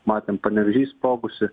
matėm panevėžy sprogusį